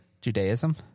Judaism